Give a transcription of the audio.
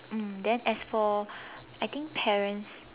mm then as for I think parents